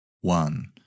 one